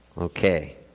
Okay